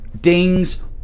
dings